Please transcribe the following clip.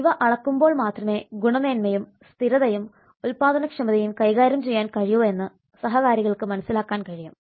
ഇവ അളക്കുമ്പോൾ മാത്രമേ ഗുണമേന്മയും സ്ഥിരതയും ഉൽപാദനക്ഷമതയും കൈകാര്യം ചെയ്യാൻ കഴിയൂ എന്ന് സഹകാരികൾക്ക് മനസ്സിലാക്കാൻ കഴിയും